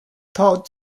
thought